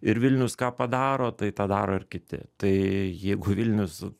ir vilnius ką padaro tai tą daro ir kiti tai jeigu vilnius